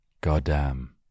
Goddamn